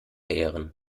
ehren